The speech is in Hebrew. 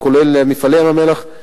כולל "מפעלי ים-המלח".